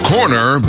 Corner